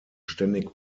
ständig